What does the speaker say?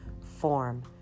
form